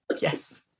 Yes